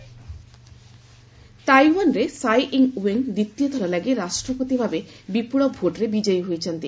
Taiwan election ତାଇୱାନରେ Tsai Ing Wen ଦ୍ୱିତୀୟଥର ଲାଗି ରାଷ୍ଟ୍ରପତି ଭାବେ ବିପୁଳ ଭୋଟ୍ରେ ବିଜୟୀ ହୋଇଛନ୍ତି